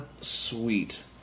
Sweet